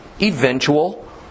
eventual